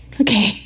okay